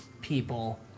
people